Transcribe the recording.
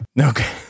Okay